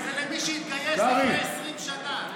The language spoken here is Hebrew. זה למי שהתגייס לפני 20 שנה.